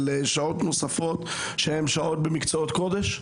שעות נוספות שהן שעות במקצועות קודש?